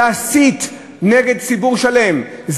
להסית נגד ציבור שלם,